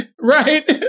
Right